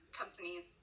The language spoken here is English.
companies